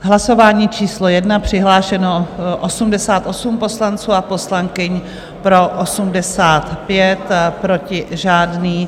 V hlasování číslo 1 přihlášeno 88 poslanců a poslankyň, pro 85, proti žádný.